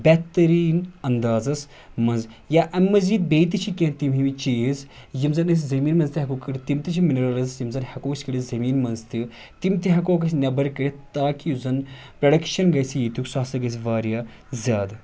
بہتریٖن اندازَس منٛز یا اَمہِ مٔزیٖد بیٚیہِ تہِ چھِ کینٛہہ تِم ہِوۍ چیٖز یِم زن أسۍ زٔمیٖن منٛز تہِ ہٮ۪کو کھٲلِتھ تِم تہِ چھِ مِنرَلٕز یِم زن ہٮ۪کوکھ کھٲلِتھ زٔمیٖن منٛز تہِ تِم تہِ ہٮ۪کوکھ أسۍ نٮ۪بَر کٔڑِتھ تاکہ یُس زن پرٛڈکشن گَژھِ ییٚتیُٚک سُہ ہَسا گژھِ واریاہ زیادٕ